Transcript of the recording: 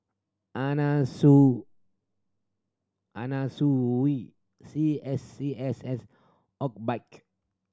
Anna Su Anna Sui C S C S S